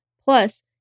Plus